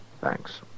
Thanks